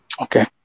Okay